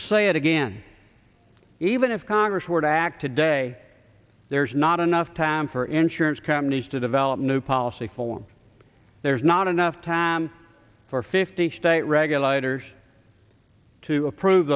to say it again even if congress were to act today there's not enough time for insurance companies to develop new policy for one there's not enough time for fifty state regulators to approve